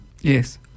Yes